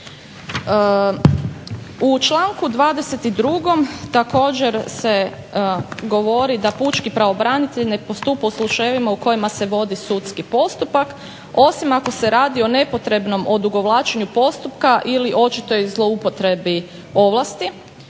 U članku 22. također se govori da pučki pravobranitelj ne postupa u slučajevima u kojima se vodi sudski postupak osim ako se radi o nepotrebnom odugovlačenju postupka ili očitoj zloupotrebi ovlasti.